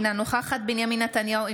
אינה נוכחת בנימין נתניהו,